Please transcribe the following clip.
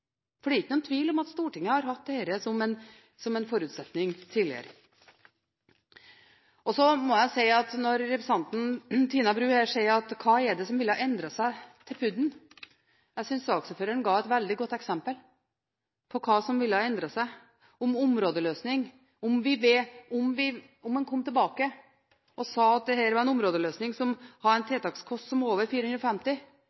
for det er ikke noen tvil om at Stortinget har hatt dette som en forutsetning tidligere. Så må jeg si, når representanten Tina Bru spør hva som ville ha endret seg til PUD-en: Jeg synes saksordføreren ga et veldig godt eksempel på hva som ville endre seg når det gjelder områdeløsning. Om en kom tilbake og sa at dette var en områdeløsning som har en